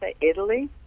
Italy